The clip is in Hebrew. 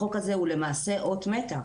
החוק הזה הוא למעשה אות מתה.